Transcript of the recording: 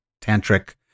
tantric